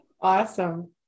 awesome